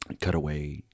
cutaway